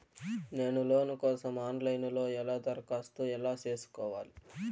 నేను లోను కోసం online లో ఎలా దరఖాస్తు ఎలా సేసుకోవాలి?